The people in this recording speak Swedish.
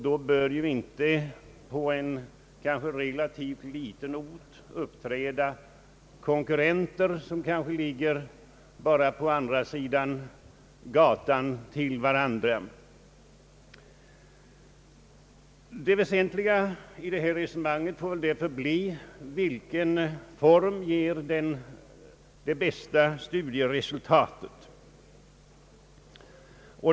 Då bör inte på en relativt liten ort konkurrenter uppträda kanske på var sin sida av gatan. Det väsentliga härvidlag blir därför: Vilken form ger de bästa studieresultaten?